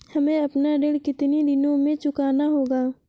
हमें अपना ऋण कितनी दिनों में चुकाना होगा?